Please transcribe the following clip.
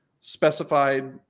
specified